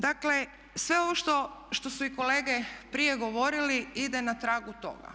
Dakle, sve ovo što su i kolege prije govorili ide na tragu toga.